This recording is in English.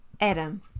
Adam